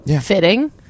fitting